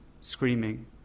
screaming